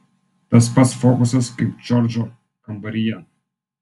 tas pats fokusas kaip džordžo kambaryje